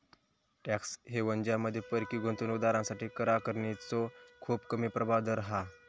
tax haven ज्यामध्ये परकीय गुंतवणूक दारांसाठी कर आकारणीचो खूप कमी प्रभावी दर हा